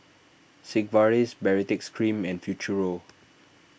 Sigvaris Baritex Cream and Futuro